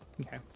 Okay